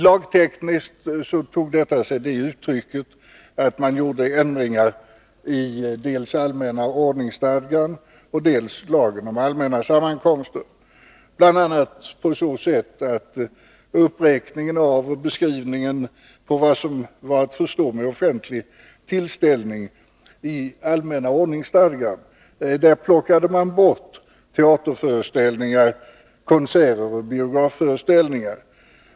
Lagtekniskt tog detta sig det uttrycket att man gjorde ändringar i dels allmänna ordningsstadgan, dels lagen om allmänna sammankomster bl.a. på så sätt att man från uppräkningen och beskrivningen av vad som i allmänna ordningsstadgan var att förstå med offentlig tillställning plockade bort teaterföreställningar, konserter och biografföreställningar.